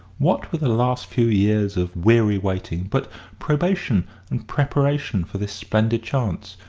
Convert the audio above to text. what were the last few years of weary waiting but probation and preparation for this splendid chance,